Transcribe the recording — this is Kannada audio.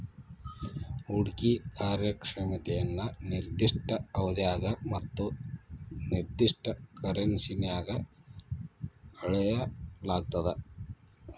ಹೂಡ್ಕಿ ಕಾರ್ಯಕ್ಷಮತೆಯನ್ನ ನಿರ್ದಿಷ್ಟ ಅವಧ್ಯಾಗ ಮತ್ತ ನಿರ್ದಿಷ್ಟ ಕರೆನ್ಸಿನ್ಯಾಗ್ ಅಳೆಯಲಾಗ್ತದ